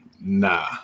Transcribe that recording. Nah